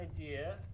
idea